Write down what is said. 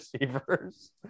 receivers